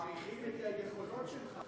שמעריכים את היכולת שלך,